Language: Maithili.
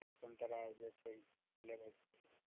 सेब संतरा आरो छै लेबै